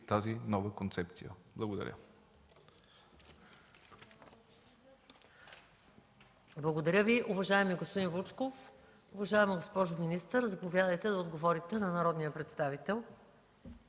тази нова концепция? Благодаря.